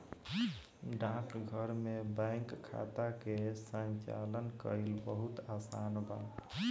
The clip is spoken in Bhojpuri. डाकघर में बैंक खाता के संचालन कईल बहुत आसान बा